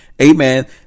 amen